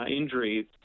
injuries